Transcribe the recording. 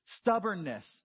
stubbornness